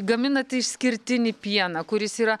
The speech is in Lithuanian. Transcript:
gaminat išskirtinį pieną kuris yra